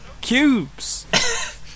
Cubes